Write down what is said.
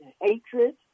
hatred